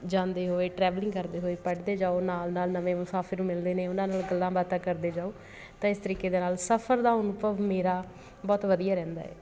ਜਾਂਦੇ ਹੋਏ ਟ੍ਰੈਵਲਿੰਗ ਕਰਦੇ ਹੋਏ ਪੜ੍ਹਦੇ ਜਾਓ ਨਾਲ ਨਾਲ ਨਵੇਂ ਮੁਸਫ਼ਿਰ ਮਿਲਦੇ ਨੇ ਉਹਨਾਂ ਨਾਲ ਗੱਲਾਂ ਬਾਤਾਂ ਕਰਦੇ ਜਾਓ ਤਾਂ ਇਸ ਤਰੀਕੇ ਦੇ ਨਾਲ ਸਫ਼ਰ ਦਾ ਅਨੁਭਵ ਮੇਰਾ ਬਹੁਤ ਵਧੀਆ ਰਹਿੰਦਾ ਹੈ